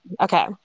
okay